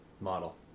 model